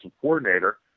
coordinator